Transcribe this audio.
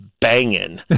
banging